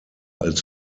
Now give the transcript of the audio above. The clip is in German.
als